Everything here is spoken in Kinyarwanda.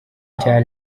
cya